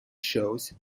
shows